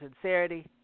sincerity